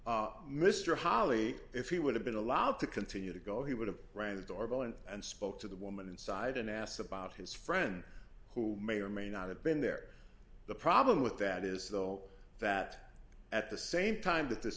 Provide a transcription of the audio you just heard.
mr holley if he would have been allowed to continue to go he would have rang the doorbell and spoke to the woman inside an ass about his friend who may or may not have been there the problem with that is though that at the same time that this